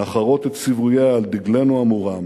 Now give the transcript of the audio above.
נחרות את ציווייה על דגלנו המורם